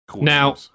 Now